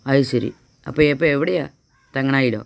അത് ശരി അപ്പം ഇപ്പം എവിടെയാണ് തെങ്ങണായിലോ